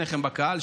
שניכם בקהל,